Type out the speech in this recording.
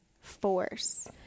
force